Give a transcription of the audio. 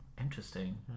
Interesting